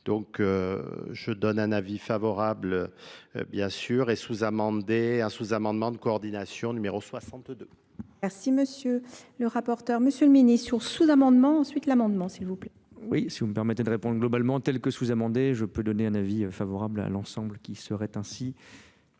donc je donne un avis favorable bien sûr et sous amender un sous amendement de coordination numéro soixante deux merci monsieur le rapporteur monsieur le ministre sur sous amendement ensuite l'amendement s'il vous plaît oui si vous me permettez de répondre globalement tel que sous amendé je peux donner un avis favorable à l'ensemble qui serait ainsi